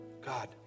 God